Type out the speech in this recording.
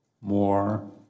more